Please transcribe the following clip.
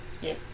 Yes